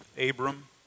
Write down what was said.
Abram